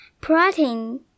Protein